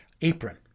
apron